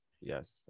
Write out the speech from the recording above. yes